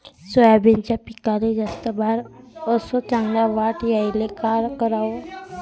सोयाबीनच्या पिकाले जास्त बार अस चांगल्या वाढ यायले का कराव?